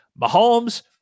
Mahomes